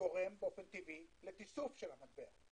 גורם באופן טבעי לתיסוף של המטבע.